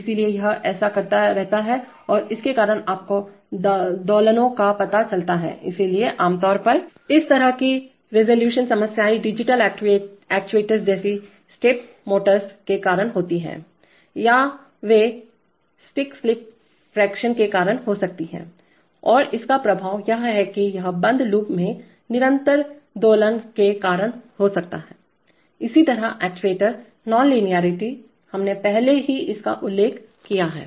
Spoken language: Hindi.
इसलिए यह ऐसा करता रहता है और इसके कारण आपको दोलनों का पता चलता है इसलिए आमतौर पर इस तरह की रिज़ॉल्यूशन समस्याएं डिजिटल एक्चुएटर्स जैसी स्टेप मोटर्स के कारण होती हैं या वे स्टिक स्लिप फ्रिक्शन के कारण हो सकती हैं और इसका प्रभाव यह है कि यह बंद लूप में निरंतर दोलन के कारण हो सकता है इसी तरह एक्ट्यूएटर नॉन लीनियरिटी हमने पहले ही इसका उल्लेख किया है